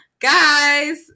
guys